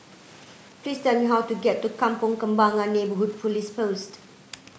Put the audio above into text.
please tell me how to get to Kampong Kembangan Neighbourhood Police Post